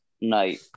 night